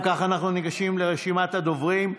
אם כך, אנחנו ניגשים לרשימת הדוברים.